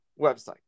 website